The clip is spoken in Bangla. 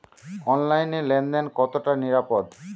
অনলাইনে লেন দেন কতটা নিরাপদ?